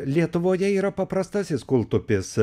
lietuvoje yra paprastasis kultupys